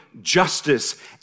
justice